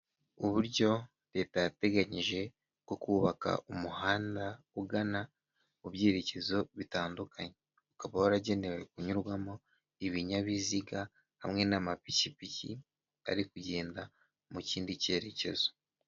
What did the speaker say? Uburyo leta yateganyije bwo kubaka umuhanda ugana mu byerekezo bitandukanye ukaba waragenewe kunyurwamo ibinyabiziga, hamwe n'amapikipiki ari kugenda mu kindi cyerekezo.